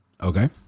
Okay